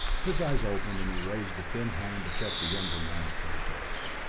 his eyes opened, and he raised a thin hand to check the younger man's protest.